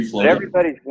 Everybody's